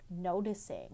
noticing